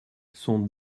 sont